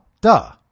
duh